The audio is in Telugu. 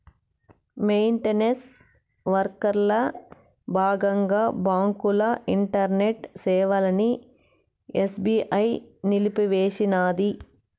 మెయింటనెన్స్ వర్కల బాగంగా బాంకుల ఇంటర్నెట్ సేవలని ఎస్బీఐ నిలిపేసినాది